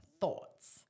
Thoughts